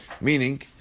Meaning